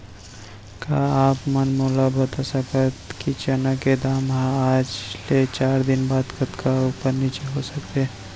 का आप मन मोला बता सकथव कि चना के दाम हा आज ले चार दिन बाद कतका ऊपर नीचे हो सकथे?